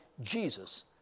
Jesus